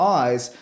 eyes